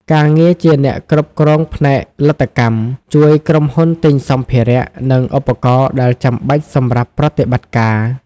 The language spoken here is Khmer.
ការងារជាអ្នកគ្រប់គ្រងផ្នែកលទ្ធកម្ម ជួយក្រុមហ៊ុនទិញសម្ភារៈ និងឧបករណ៍ដែលចាំបាច់សម្រាប់ប្រតិបត្តិការ។